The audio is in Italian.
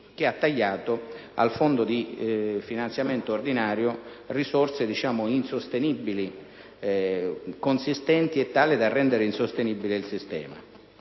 che ha tagliato al fondo di finanziamento ordinario risorse consistenti e tali da rendere insostenibile il sistema.